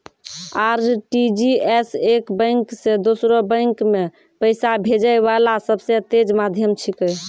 RTGS एक bank से दोसरो बैंक मे पैसा भेजै वाला सबसे तेज माध्यम छिकै